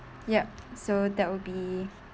yup so that will be